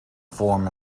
form